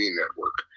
network